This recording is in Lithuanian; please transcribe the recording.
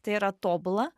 tai yra tobula